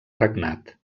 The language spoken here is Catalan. regnat